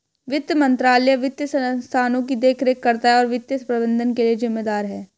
वित्त मंत्रालय वित्तीय संस्थानों की देखरेख करता है और वित्तीय प्रबंधन के लिए जिम्मेदार है